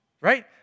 Right